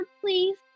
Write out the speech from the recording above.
please